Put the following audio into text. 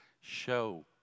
Show